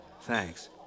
Thanks